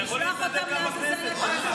לשלוח אותם, אתה יכול להתנדב גם בכנסת.